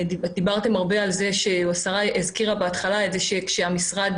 דיברתם הרבה על כך והשרה הזכירה שכאשר המשרד